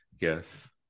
Yes